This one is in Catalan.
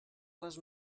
les